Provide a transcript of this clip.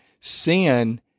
sin